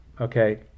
Okay